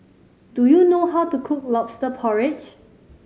do you know how to cook Lobster Porridge